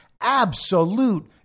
absolute